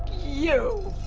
you!